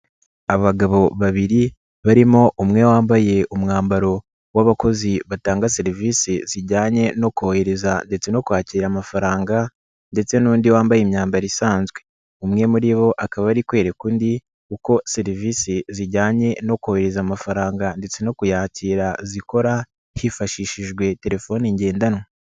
Abagabo babiri barimo umwe wambaye umwambaro w'abakozi batanga serivise zijyanye no kohereza ndetse no kwakira amafaranga ndetse n'undi wambaye imyambaro isanzwe, umwe muri bo akaba ari kwereka undi uko serivise zijyanye no kohereza amafaranga ndetse no kuyakira zikora hifashishijwe telefoni ngendanwa.